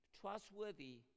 trustworthy